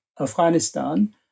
Afghanistan